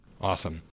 Awesome